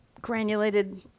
granulated